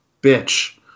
bitch